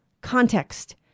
context